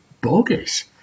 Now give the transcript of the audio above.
bogus